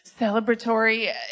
celebratory